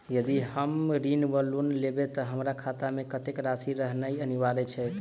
यदि हम ऋण वा लोन लेबै तऽ हमरा खाता मे कत्तेक राशि रहनैय अनिवार्य छैक?